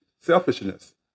selfishness